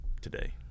today